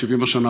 את שבעים השנה,